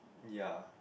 ya